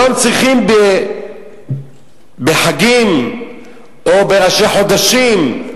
היום צריכים בחגים או בראשי חודשים,